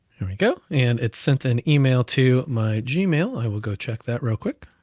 there we go, and it's sent an email to my gmail. i will go check that real quick.